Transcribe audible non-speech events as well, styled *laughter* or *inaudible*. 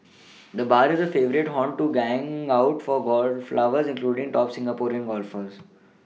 *noise* the bar is a favourite haunt to hang out for golf lovers including top Singapore golfers